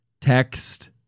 text